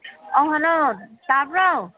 hello ꯇꯥꯕ꯭ꯔꯣ